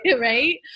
Right